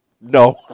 No